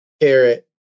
carrot